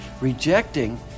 rejecting